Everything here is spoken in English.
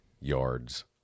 yards